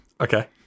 Okay